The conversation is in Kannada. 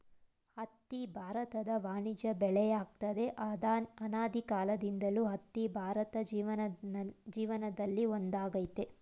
ಹತ್ತಿ ಭಾರತದ ವಾಣಿಜ್ಯ ಬೆಳೆಯಾಗಯ್ತೆ ಅನಾದಿಕಾಲ್ದಿಂದಲೂ ಹತ್ತಿ ಭಾರತ ಜನಜೀವನ್ದಲ್ಲಿ ಒಂದಾಗೈತೆ